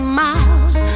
miles